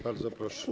Bardzo proszę.